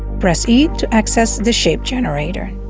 press e to access the shape generator